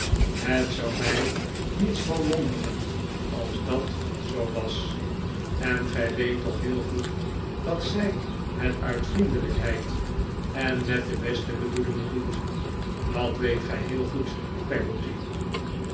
het zou mij niets verwonderen als dat zoo was en gij weet toch heel goed dat zij het uit vriendelijkheid en met de beste bedoelingen doet dat weet gij heel goed